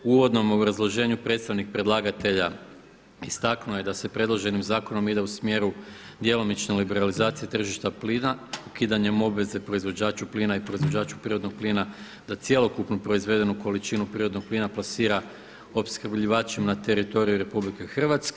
U uvodnom obrazloženju predstavnik predlagatelja istaknuo je da se predloženim zakonom ide u smjeru djelomične liberalizacije tržišta plina ukidanjem obveze proizvođaču plina i proizvođaču prirodnog plina da cjelokupno proizvedenu količinu prirodnog plina plasira opskrbljivačima na teritoriju RH.